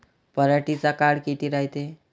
पराटीचा काळ किती रायते?